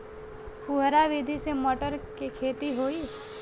फुहरा विधि से मटर के खेती होई